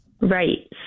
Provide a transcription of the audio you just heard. Right